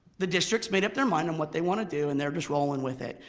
the district's made up their mind on what they wanna do and they're just rolling with it.